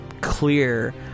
clear